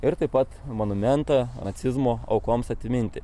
ir taip pat monumentą nacizmo aukoms atminti